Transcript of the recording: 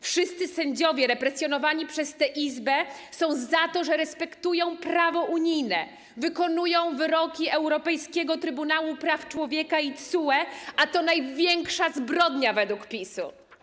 Wszyscy sędziowie są represjonowani przez tę izbę za to, że respektują prawo unijne, wykonują wyroki Europejskiego Trybunału Praw Człowieka i TSUE, a to największa zbrodnia według PiS.